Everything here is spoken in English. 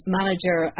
manager